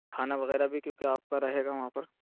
کھانا وغیرہ بھی کیونکہ آپ کا رہے گا وہاں پر